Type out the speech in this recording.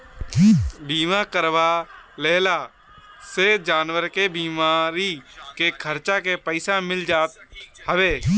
बीमा करवा लेहला से जानवर के बीमारी के खर्चा के पईसा मिल जात हवे